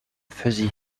fuzzy